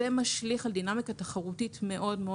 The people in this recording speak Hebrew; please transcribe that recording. זה משליך על דינמיקה תחרותית מאוד-מאוד